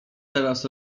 teraz